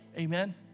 Amen